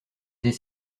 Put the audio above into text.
des